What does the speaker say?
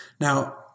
Now